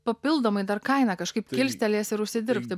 papildomai dar kainą kažkaip kilstelės ir užsidirbs taip